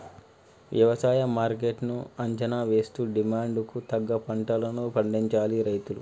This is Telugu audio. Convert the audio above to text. వ్యవసాయ మార్కెట్ ను అంచనా వేస్తూ డిమాండ్ కు తగ్గ పంటలను పండించాలి రైతులు